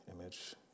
image